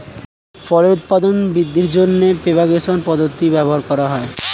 ফলের উৎপাদন বৃদ্ধির জন্য প্রপাগেশন পদ্ধতির প্রয়োগ করা হয়